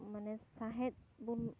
ᱢᱟᱱᱮ ᱥᱟᱸᱦᱮᱫ ᱵᱚᱱ